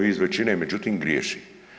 Vi iz većine, međutim griješi.